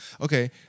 Okay